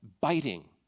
biting